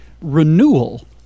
renewal